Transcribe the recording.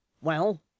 Well